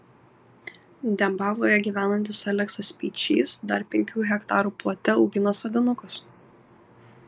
dembavoje gyvenantis aleksas speičys dar penkių hektarų plote augina sodinukus